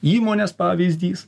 įmonės pavyzdys